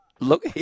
Look